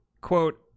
quote